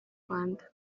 rwanda